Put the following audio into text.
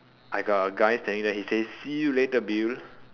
I got a guy standing there he says see you later Bill